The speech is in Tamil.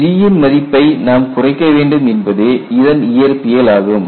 G ன் மதிப்பை நாம் குறைக்க வேண்டும் என்பதே இதன் இயற்பியல் ஆகும்